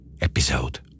episode